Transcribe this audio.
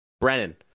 Brennan